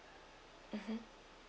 mmhmm